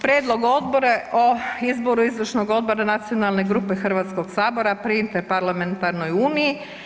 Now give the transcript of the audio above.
Prijedlog Odluke o izboru Izvršnog odbora Nacionalne grupe Hrvatskoga sabora pri Interparlamentarnoj uniji.